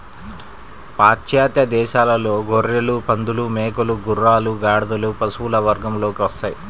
పాశ్చాత్య దేశాలలో గొర్రెలు, పందులు, మేకలు, గుర్రాలు, గాడిదలు పశువుల వర్గంలోకి వస్తాయి